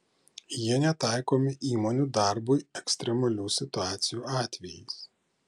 jie netaikomi įmonių darbui ekstremalių situacijų atvejais